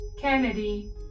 Kennedy